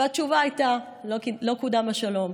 והתשובה הייתה: לא קודם השלום,